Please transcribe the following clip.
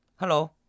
Hello